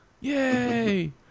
Yay